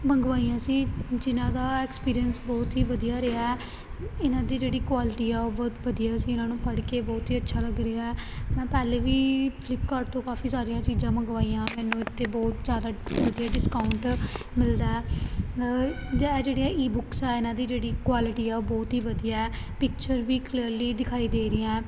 ਮੰਗਵਾਈਆਂ ਸੀ ਜਿਹਨਾਂ ਦਾ ਐਕਸਪੀਰੰਸ ਬਹੁਤ ਹੀ ਵਧੀਆ ਰਿਹਾ ਇਹਨਾਂ ਦੀ ਜਿਹੜੀ ਕੁਆਲਿਟੀ ਆ ਉਹ ਬਹੁਤ ਵਧੀਆ ਸੀ ਇਹਨਾਂ ਨੂੰ ਪੜ੍ਹ ਕੇ ਬਹੁਤ ਹੀ ਅੱਛਾ ਲੱਗ ਰਿਹਾ ਮੈਂ ਪਹਿਲਾਂ ਵੀ ਫਲਿਪਕਾਰਟ ਤੋਂ ਕਾਫ਼ੀ ਸਾਰੀਆਂ ਚੀਜ਼ਾਂ ਮੰਗਵਾਈਆਂ ਮੈਨੂੰ ਇੱਥੇ ਬਹੁਤ ਜ਼ਿਆਦਾ ਡਿਸਕਾਊਟ ਮਿਲਦਾ ਜਾ ਇਹ ਜਿਹੜੀਆਂ ਈਬੁੱਕਸ ਹੈ ਇਹਨਾਂ ਦੀ ਜਿਹੜੀ ਕੁਆਲਿਟੀ ਆ ਉਹ ਬਹੁਤ ਹੀ ਵਧੀਆ ਹੈ ਪਿਕਚਰ ਵੀ ਕਲੀਅਰਲੀ ਦਿਖਾਈ ਦੇ ਰਹੀਆਂ